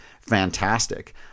fantastic